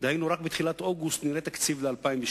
דהיינו רק בתחילת אוגוסט נראה תקציב ל-2009,